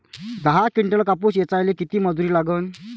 दहा किंटल कापूस ऐचायले किती मजूरी लागन?